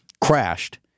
crashed